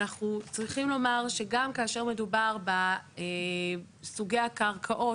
אנחנו צריכים לומר שגם כאשר מדובר בסוגי הקרקעות